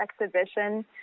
exhibition